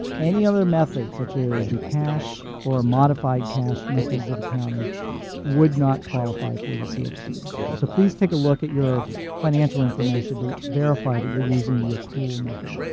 any other method, such as the cash or modified cash methods of accounting would not qualify for the cfc. so please take a look at your financial information to verify that you're using the accrual method.